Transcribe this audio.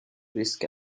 ریسک